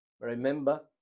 remember